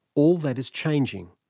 all that is changing.